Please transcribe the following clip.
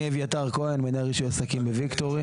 אני אביתר כהן, מנהל רישוי עסקים ב"ויקטורי".